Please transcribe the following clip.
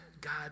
God